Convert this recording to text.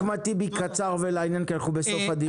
אחמד טיבי, קצר ולעניין כי אנחנו בסוף הדיון.